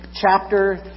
chapter